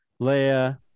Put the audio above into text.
Leia